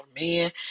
men